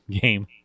game